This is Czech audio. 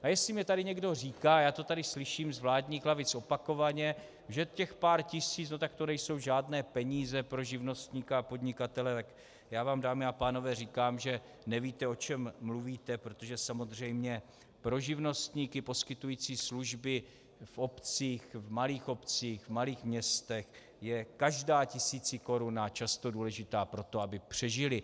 A jestli mně tady někdo říká, já to tady slyším z vládních lavic opakovaně, že těch pár tisíc, tak to nejsou žádné peníze pro živnostníka a podnikatele, já vám, dámy a pánové, říkám, že nevíte, o čem mluvíte, protože samozřejmě pro živnostníky poskytující služby v obcích, v malých městech je každá tisícikoruna často důležitá pro to, aby přežili.